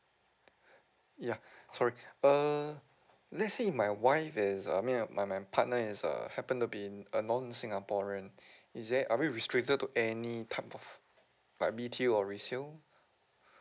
ya sorry err let's say my wife is uh I mean my my partner is uh happen to be in a non singaporean is there are we restricted to any type of like B_T_O or resale